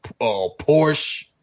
Porsche